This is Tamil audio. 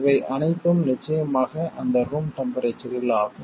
இவை அனைத்தும் நிச்சயமாக அந்த ரூம் டெம்ப்ரேச்சரில் ஆகும்